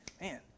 man